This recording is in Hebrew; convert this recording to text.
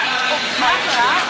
הדאגה היא,